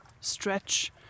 stretch